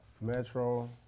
Metro